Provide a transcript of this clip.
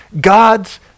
God's